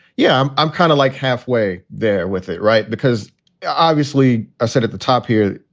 yeah. i'm i'm kind of like halfway there with it. right. because obviously i said at the top here,